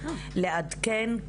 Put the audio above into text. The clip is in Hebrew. לעדכן,